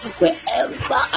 wherever